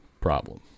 problem